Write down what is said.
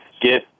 get